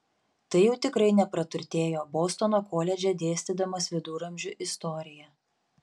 tai jau tikrai nepraturtėjo bostono koledže dėstydamas viduramžių istoriją